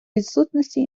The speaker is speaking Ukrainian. відсутності